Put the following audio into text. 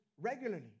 regularly